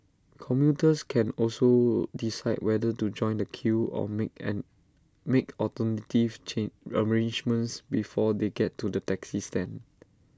commuters can also decide whether to join the queue or make and make alternative chin arrangements before they get to the taxi stand